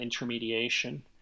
intermediation